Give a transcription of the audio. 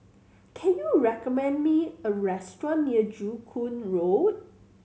can you recommend me a restaurant near Joo Koon Road